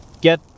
get